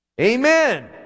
amen